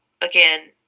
again